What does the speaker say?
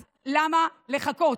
אז למה לחכות?